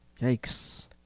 Yikes